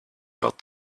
got